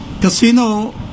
casino